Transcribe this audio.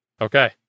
Okay